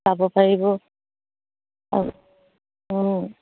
চাব পাৰিব আৰু অঁ